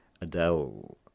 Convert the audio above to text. Adele